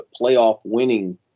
playoff-winning